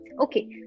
Okay